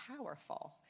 powerful